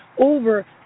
over